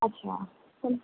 اچھا